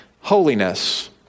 holiness